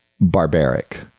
barbaric